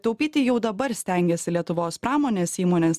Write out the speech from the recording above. taupyti jau dabar stengiasi lietuvos pramonės įmonės